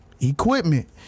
Equipment